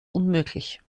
unmöglich